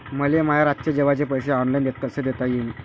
मले माया रातचे जेवाचे पैसे ऑनलाईन कसे देता येईन?